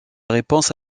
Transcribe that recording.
réponse